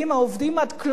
העובדים עד כלות